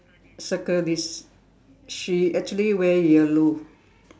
circle this she actually wear yellow